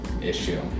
issue